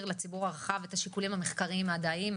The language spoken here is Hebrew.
לציבור הרחב את השיקולים המחקריים המדעיים.